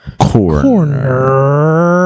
Corner